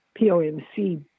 POMC